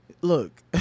look